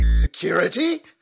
Security